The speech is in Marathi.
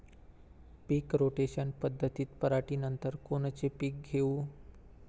पीक रोटेशन पद्धतीत पराटीनंतर कोनचे पीक घेऊ?